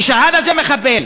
"שהאדא" זה מחבל,